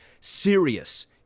serious